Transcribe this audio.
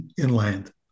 inland